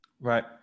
Right